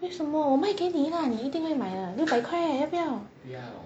为什么我卖给你的话你一定会买的六百块 eh 你要不要